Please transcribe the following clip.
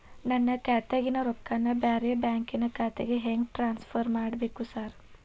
ನನ್ನ ಖಾತ್ಯಾಗಿನ ರೊಕ್ಕಾನ ಬ್ಯಾರೆ ಬ್ಯಾಂಕಿನ ಖಾತೆಗೆ ಹೆಂಗ್ ಟ್ರಾನ್ಸ್ ಪರ್ ಮಾಡ್ಬೇಕ್ರಿ ಸಾರ್?